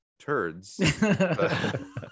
turds